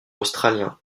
australien